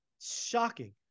shocking